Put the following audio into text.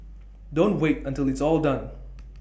don't wait until it's all done